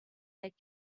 like